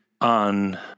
on